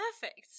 Perfect